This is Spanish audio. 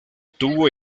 tuvo